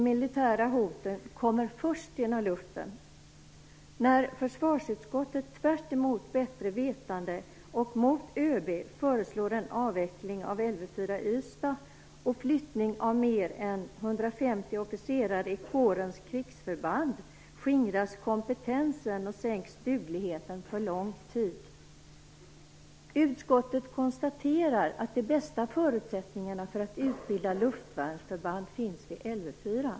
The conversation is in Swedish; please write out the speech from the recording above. De militära hoten kommer först genom luften. Tvärtemot bättre vetande och mot ÖB föreslår försvarsutskottet en avveckling av Lv 4 i Ystad och en flyttning av mer än 150 officerare i kårens krigsförband. Detta innebär att kompetensen skingras och att dugligheten sänks för lång tid. Utskottet konstaterar att de bästa förutsättningarna för att utbilda luftvärnsförband finns vid Lv 4.